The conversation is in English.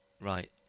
right